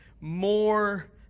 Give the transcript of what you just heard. more